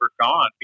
gone